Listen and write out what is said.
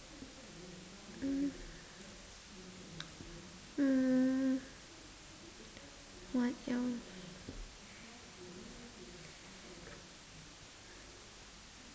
mm mm what else